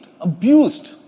abused